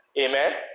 Amen